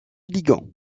ligand